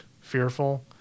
fearful